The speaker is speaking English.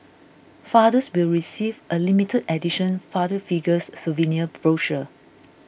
fathers will receive a limited edition Father Figures souvenir brochure